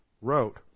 wrote